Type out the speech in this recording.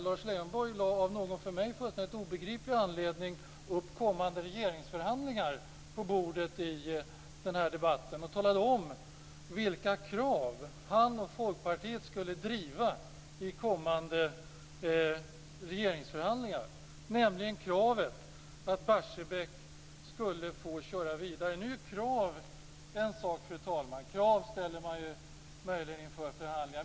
Lars Leijonborg lade, av någon för mig fullständigt obegriplig anledning, upp eventuella kommande regeringsförhandlingar på bordet i den här debatten och talade om vilket krav han och Folkpartiet då skulle driva: kravet att Barsebäck skall få köras vidare. Nu är krav en sak, fru talman. Krav ställer man möjligen inför förhandlingar.